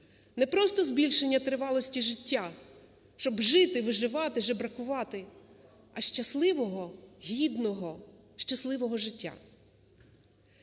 не просто збільшення тривалості життя, щоб жити, виживати, жебракувати, а щасливого, гідного, щасливого життя.